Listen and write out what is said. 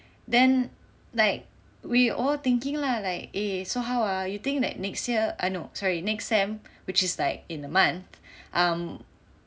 then like we all thinking lah like eh so how ah you think that next year ah no sorry next sem which is like in a month um